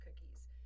Cookies